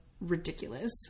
ridiculous